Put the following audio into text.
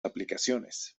aplicaciones